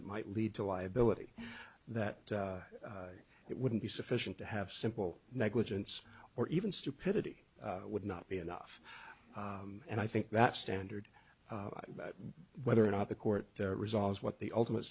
that might lead to liability that it wouldn't be sufficient to have simple negligence or even stupidity would not be enough and i think that standard whether or not the court resolves what the ultimate